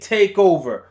TakeOver